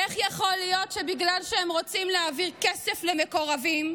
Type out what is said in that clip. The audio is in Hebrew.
איך יכול להיות שבגלל שהם רוצים להעביר כסף למקורבים,